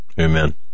Amen